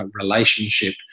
relationship